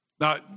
now